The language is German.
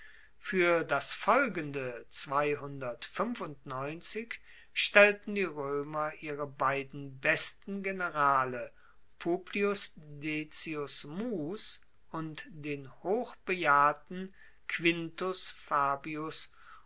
fuer das folgende stellten die roemer ihre beiden besten generale publius decius mus und den hochbejahrten quintus fabius